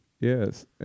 Yes